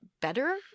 better